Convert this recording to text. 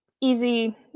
easy